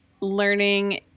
learning